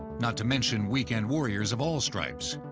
not to mention weekend warriors of all stripes.